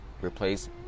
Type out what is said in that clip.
replace